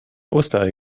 osterei